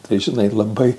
tai žinai labai